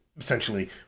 essentially